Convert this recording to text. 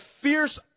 fierce